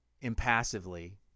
impassively